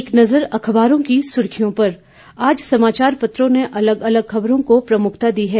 एक नज़र अखबारों की सुर्खियों पर आज समाचार पत्रों ने अलग अलग खबरों को प्रमुखता दी है